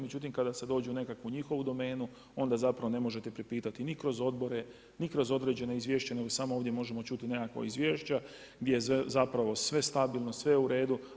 Međutim, kada se dođe u nekakvu njihovu domenu onda zapravo ne možete pripitati ni kroz odbore, ni kroz određena izvješća nego samo ovdje možemo čuti nekakav izvješća gdje je zapravo sve stabilno, sve je u redu.